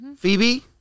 Phoebe